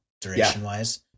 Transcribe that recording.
duration-wise